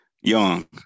Young